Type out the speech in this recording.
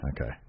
Okay